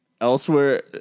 Elsewhere